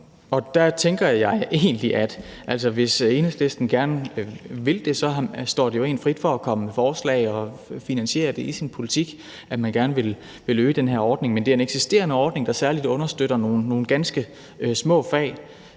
Der tænker jeg egentlig, at hvis Enhedslisten gerne vil det, står det dem jo frit for i deres politik at komme med forslag om, at man gerne vil øge den her ordning og finansiere den. Men det er en eksisterende ordning, der særlig understøtter nogle ganske små fag